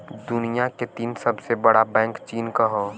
दुनिया के तीन सबसे बड़ा बैंक चीन क हौ